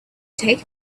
take